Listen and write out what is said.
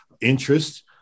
interest